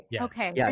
Okay